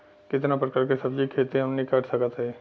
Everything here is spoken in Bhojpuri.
कितना प्रकार के सब्जी के खेती हमनी कर सकत हई?